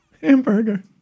Hamburger